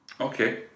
Okay